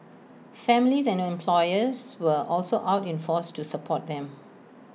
families and employers were also out in force to support them